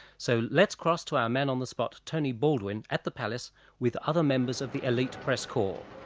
so let's cross to our man on the spot tony baldwin, at the palace with other members of the elite press corps.